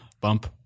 Bump